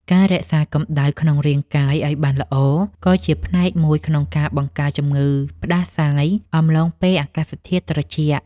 ការរក្សាកម្ដៅក្នុងរាងកាយឱ្យបានល្អក៏ជាផ្នែកមួយក្នុងការបង្ការជំងឺផ្តាសាយអំឡុងពេលអាកាសធាតុត្រជាក់។